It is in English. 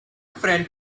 friend